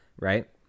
right